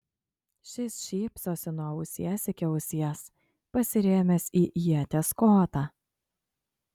šis šypsosi nuo ausies iki ausies pasirėmęs į ieties kotą